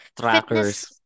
Trackers